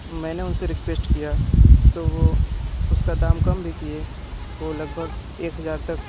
मैंने उन से रिक्वेस्ट किया तो वो उसका दाम कम भी किए वो लगभग एक हज़ार तक